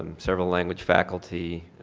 several language faculty,